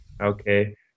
Okay